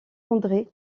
andré